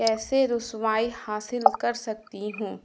کیسے رسائی حاصل کر سکتی ہوں